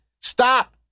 Stop